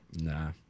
Nah